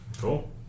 Cool